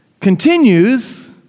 continues